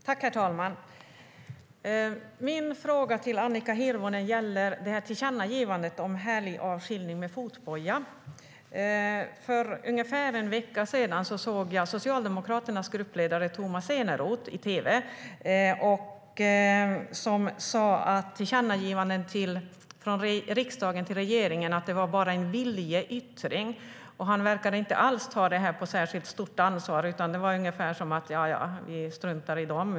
Herr talman! Min fråga till Annika Hirvonen gäller tillkännagivandet om helgavskiljning med fotboja. För ungefär en vecka sedan såg jag Socialdemokraternas gruppledare Tomas Eneroth på tv. Han sa att ett tillkännagivande från riksdagen till regeringen bara är en viljeyttring, och han verkade inte alls ta det här på särskilt stort allvar. Det var ungefär som att: Ja ja, vi struntar i dem.